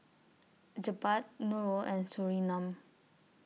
Jebat Nurul and Surinam